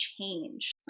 change